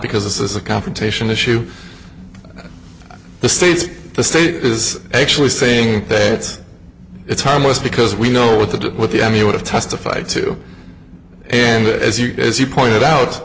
because this is a confrontation issue the states the state is actually saying that it's harmless because we know what to do with the i mean we have testified to and as you as you pointed out